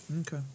Okay